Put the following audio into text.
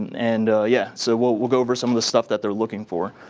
and yeah so we'll we'll go over some of the stuff that they're looking for.